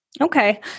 Okay